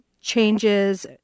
changes